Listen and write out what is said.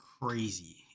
crazy